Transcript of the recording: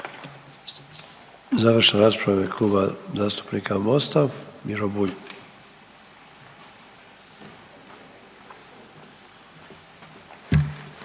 Završna rasprava u ime Kluba zastupnika Mosta Miro Bulj.